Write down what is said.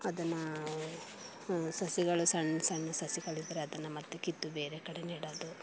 ಅದನ್ನು ಸಸಿಗಳು ಸಣ್ಣ ಸಣ್ಣ ಸಸಿಗಳಿದ್ದರೆ ಅದನ್ನು ಮತ್ತು ಕಿತ್ತು ಬೇರೆ ಕಡೆ ನೆಡೋದು